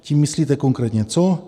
Tím myslíte konkrétně co?